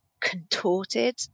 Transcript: contorted